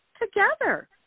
together